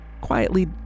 quietly